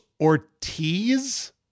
Ortiz